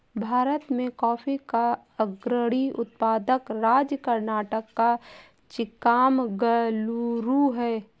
भारत में कॉफी का अग्रणी उत्पादक राज्य कर्नाटक का चिक्कामगलूरू है